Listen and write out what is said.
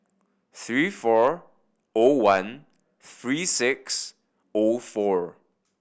three four O one three six O four